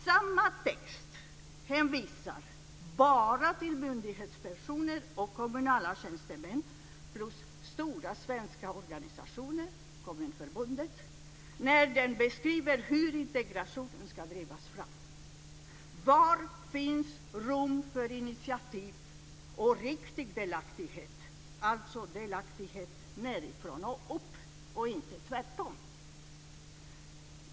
Samma text hänvisar bara till myndighetspersoner och kommunala tjänstemän plus stora svenska organisationer - Kommunförbundet - när den beskriver hur integrationen ska drivas fram. Var finns det rum för initiativ och riktig delaktighet, alltså delaktighet nedifrån och upp och inte tvärtom?